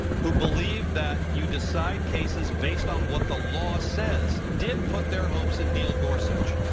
who believe that you decide cases based on what the law says, did put their hopes in neil gorsuch.